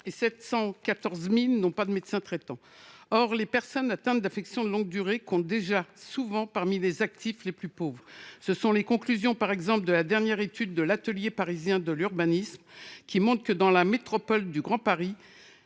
et 714 000 n’avaient pas de médecin traitant. Or les personnes atteintes d’affections de longue durée comptent déjà souvent parmi les actifs les plus pauvres. Ce sont les conclusions, par exemple, de la dernière étude de l’Atelier parisien de l’urbanisme (Apur) sur la métropole du Grand Paris